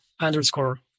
underscore